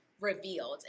revealed